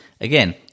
Again